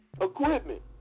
equipment